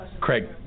Craig